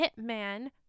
hitman